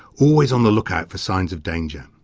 always on the lookout for signs of danger.